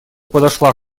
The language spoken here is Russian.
подошла